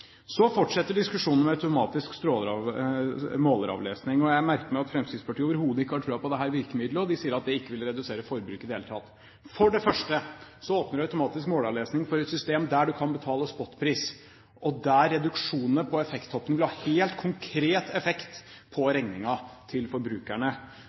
Så fortsetter diskusjonen om automatisk måleravlesning, og jeg merker meg at Fremskrittspartiet overhodet ikke har troen på dette virkemidlet. De sier at dette ikke vil redusere forbruket i det hele tatt. For det første åpner automatisk måleravlesning for et system der man kan betale spotpris, og der reduksjonene på effekttoppene vil ha helt konkret effekt på